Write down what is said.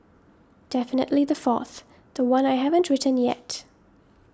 definitely the fourth the one I haven't written yet